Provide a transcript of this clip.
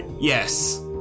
yes